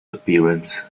appearance